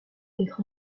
d’être